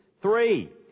Three